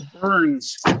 burns